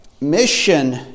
mission